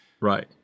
Right